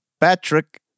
Patrick